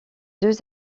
deux